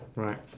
Right